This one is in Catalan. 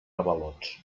avalots